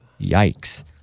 Yikes